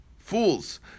fools